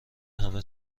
همه